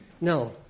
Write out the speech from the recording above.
No